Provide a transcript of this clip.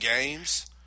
games